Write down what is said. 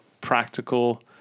practical